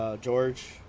George